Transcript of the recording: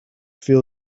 feel